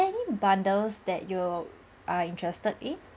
any bundles that you are interested in